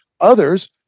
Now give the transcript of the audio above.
Others